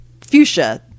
fuchsia